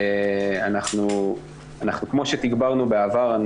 אנחנו כמו שתגברנו בעבר,